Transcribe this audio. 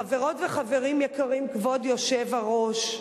חברות וחברים יקרים, כבוד היושב-ראש,